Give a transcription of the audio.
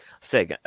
say